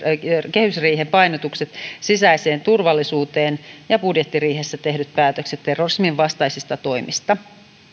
kehysriihen painotukset sisäiseen turvallisuuteen ja budjettiriihessä tehdyt päätökset terrorisminvastaisista toimista